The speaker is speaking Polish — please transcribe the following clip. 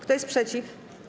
Kto jest przeciw?